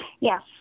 Yes